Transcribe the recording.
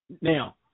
now